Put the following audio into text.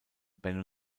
ben